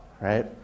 right